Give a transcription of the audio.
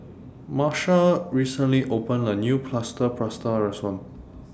Marsha recently opened A New Plaster Prata Restaurant